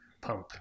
pump